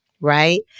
Right